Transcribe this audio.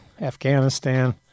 Afghanistan